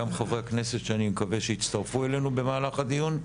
גם חברי הכנסת שאני מקווה שיצרפו אלינו במהלך הדיון,